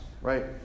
right